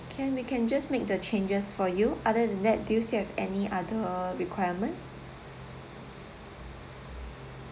can we can just make the changes for you other than that do you still have any other requirement